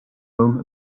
home